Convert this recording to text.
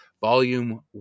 volume